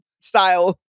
style